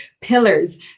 pillars